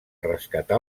rescatar